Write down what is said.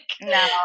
no